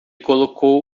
colocou